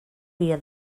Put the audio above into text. via